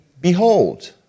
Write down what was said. behold